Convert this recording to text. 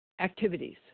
activities